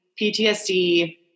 PTSD